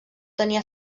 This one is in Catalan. tenia